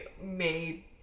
made